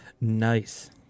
Nice